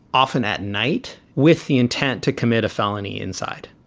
often at night with the intent to commit a felony inside.